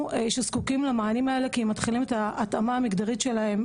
זקוקים מאוד למענים האלו כי הם מתחילים את ההתאמה המגדרית שלהם,